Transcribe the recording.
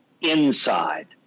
inside